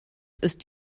ist